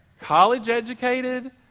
college-educated